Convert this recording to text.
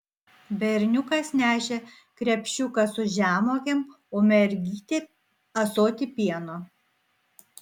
berniukas nešė krepšiuką su žemuogėm o mergytė ąsotį pieno